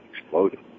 exploded